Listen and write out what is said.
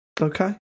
Okay